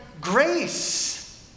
grace